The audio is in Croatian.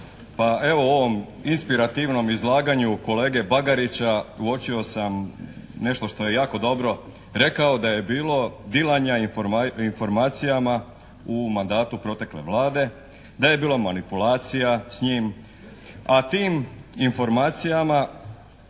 Pa evo ovom inspirativnom izlaganju kolege Bagarića uočio sam nešto što je jako dobro rekao da je bilo dilanja informacijama u mandatu protekla Vlade, da je bilo manipulacija s njim a tim informacijama